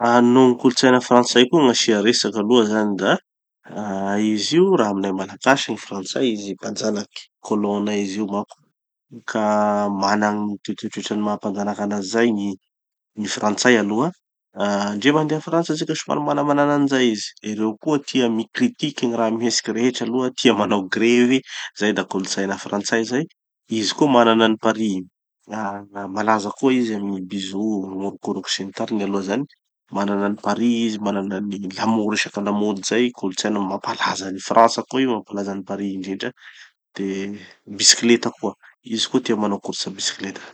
Raha no gny kolotsaina frantsay gn'asia resaky aloha zany da, izy io raha aminay Malagasy gny frantsay izy io mpanjanaky, colons-nay izy io manko. Ka mana gny toetoetoetrany maha mpanjanaky anazy zay gny, gny frantsay aloha. Ndre mandeha a Frantsa tsika somary manamanana anizay izy. Ereo koa tia micritique gny raha mihetsiky rehetra aloha, tia manao grevy, zay da kolotsaina frantsay zay. Izy koa manana an'i Paris. Ah malaza koa izy amy bisous, gn'orokoroky sy ny tariny aloha zany. Manana an'i Paris izy manana ny la mode resaky la mode zay, kolotsaina mampalaza an'i France koa io mampalaza an'i Paris indrindra. De, bisikileta koa, izy koa tia manao course bisikileta.